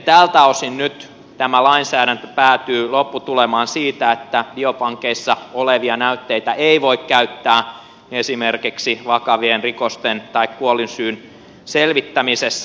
tältä osin nyt tämä lainsäädäntö päätyy lopputulemaan siitä että biopankeissa olevia näytteitä ei voi käyttää esimerkiksi vakavien rikosten tai kuolinsyyn selvittämisessä